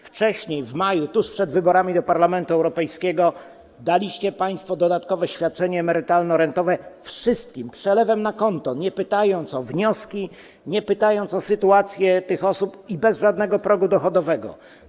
Wcześniej, w maju, tuż przed wyborami do Parlamentu Europejskiego, daliście państwo dodatkowe świadczenie emerytalno-rentowe wszystkim, przelewem na konto, nie pytając o wnioski i o sytuację tych osób, i bez żadnego progu dochodowego.